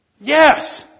Yes